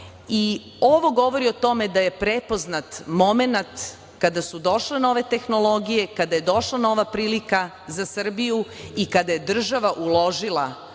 govori o tome da je prepoznat momenat kada su došle nove tehnologije, kada je došla nova prilika za Srbiju i kada je država uložila